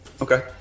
Okay